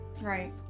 Right